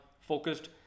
focused